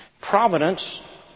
Providence